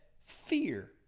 fear